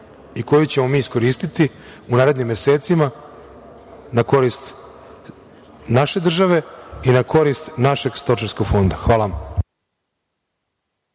i koju ćemo mi iskoristiti u narednim mesecima na korist naše države i na korist našeg stočarskog fonda. Hvala vam.